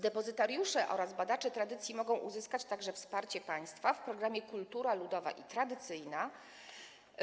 Depozytariusze oraz badacze tradycji mogą uzyskać także wsparcie państwa w programie „Kultura ludowa i tradycyjna”